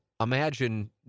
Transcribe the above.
imagine